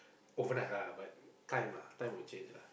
overnight lah but time lah time will change lah